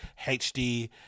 HD